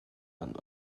and